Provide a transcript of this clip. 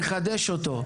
נחדש את הדיון.